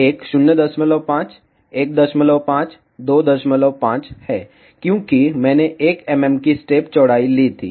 एक 05 15 25 है क्योंकि मैंने 1 mm की स्टेप चौड़ाई ली थी